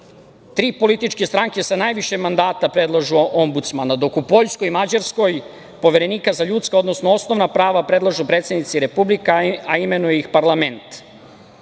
tri političke stranke sa najviše mandata predlažu Ombudsmana, dok u Poljskoj i Mađarskoj Poverenika za ljudska, odnosno osnovna prava predlažu predsednici republika, a imenuje ih parlament.